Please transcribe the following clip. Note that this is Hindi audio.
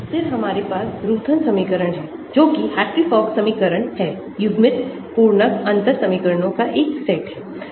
फिर हमारे पास रूटथन समीकरण हैं जो कि हार्ट्री फॉक समीकरण हैं युग्मित पूर्णांक अंतर समीकरणों का एक सेट है